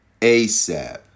asap